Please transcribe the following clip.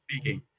speaking